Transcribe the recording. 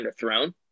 underthrown